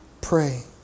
pray